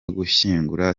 gushyingura